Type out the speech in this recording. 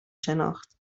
شناخت